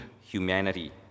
humanity